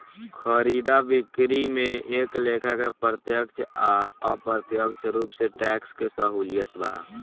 खरीदा बिक्री में एक लेखा के प्रत्यक्ष आ अप्रत्यक्ष रूप से टैक्स के सहूलियत बा